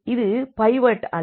இது பைவோட் அல்ல